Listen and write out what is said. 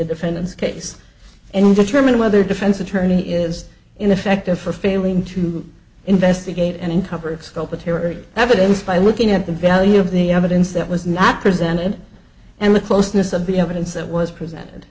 a defendant's case and determine whether defense attorney is ineffective for failing to investigate and uncovered scope of terry evidence by looking at the value of the evidence that was not presented and the closeness of the evidence that was presented